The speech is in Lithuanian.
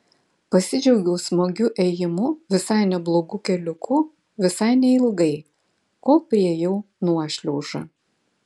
pasidžiaugiau smagiu ėjimu visai neblogu keliuku visai neilgai kol priėjau nuošliaužą